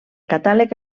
catàleg